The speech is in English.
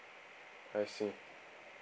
I see